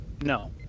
no